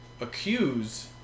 accuse